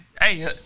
Hey